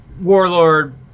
warlord